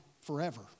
forever